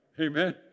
Amen